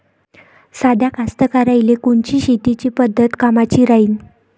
साध्या कास्तकाराइले कोनची शेतीची पद्धत कामाची राहीन?